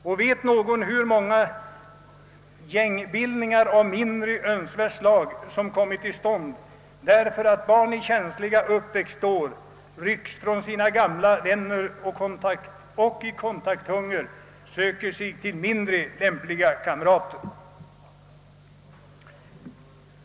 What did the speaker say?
Och vet någon hur många gängbildningar av mindre önskvärt slag som kommit till stånd därför att barn i känsliga uppväxtår ryckts från sina gamla vänner och i kontakthunger sökt sig till mindre lämpliga kamrater?